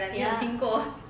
ya